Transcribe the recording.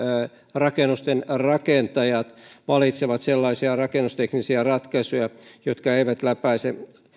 rakennusten rakentajat valitsevat sellaisia rakennusteknisiä ratkaisuja jotka eivät läpäise